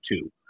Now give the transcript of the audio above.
two